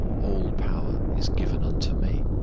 all power is given unto me,